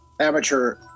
amateur